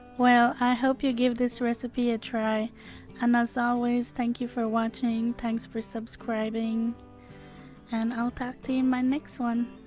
well, i hope you give this recipe a try and as always thank you for watching thanks for subscribing and i'll talk to you in my next one.